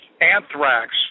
anthrax